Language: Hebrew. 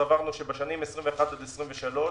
סברנו שבשנים 21 23,